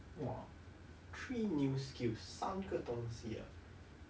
!wah! three new skills 三个东西 ah